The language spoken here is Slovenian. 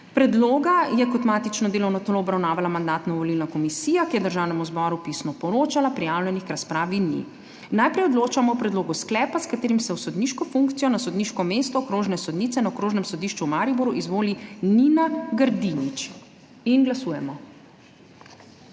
Predlog je kot matično delovno telo obravnavala Mandatno-volilna komisija, ki je Državnemu zboru pisno poročala. Prijavljenih k razpravi ni. Odločamo o predlogu sklepa, s katerim se v sodniško funkcijo na sodniško mesto okrožne sodnice na Okrožnem sodišču v Kranju izvoli mag. Polona Rizman. Glasujemo.